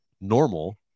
normal